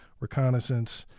reconnaissance,